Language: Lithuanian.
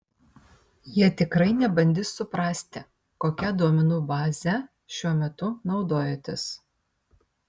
jie tikrai nebandys suprasti kokia duomenų baze šiuo metu naudojatės